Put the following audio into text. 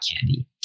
candy